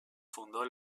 fundó